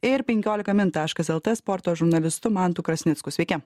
ir penkiolika min taškas lt sporto žurnalistu mantu krasnicku sveiki